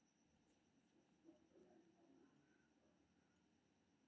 hire purchase मे जाधरि अंतिम भुगतान नहि कैल जाइ छै, ताधरि खरीदार कें वस्तु नहि भेटै छै